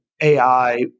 AI